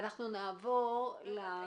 יש לי שאלה: